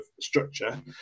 structure